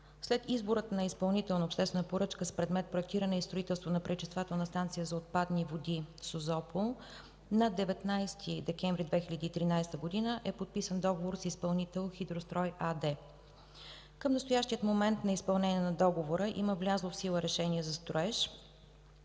След избора на изпълнител на обществена поръчка с предмет „Проектиране и строителство на пречиствателна станция за отпадни води – Созопол“ на 19 декември 2013 г. е подписан договор с изпълнител „Хидрострой“ АД. Към настоящия момент на изпълнение на договора има влязло в сила решение за строеж.